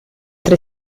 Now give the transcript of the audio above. tre